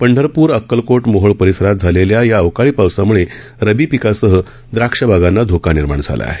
पंढरप्र अक्कलकोट मोहोळ परिसरात झालेल्या या आवकाळी पावसामुळे रब्बी पीकासह द्राक्ष बागांना धोका निर्माण झाला आहे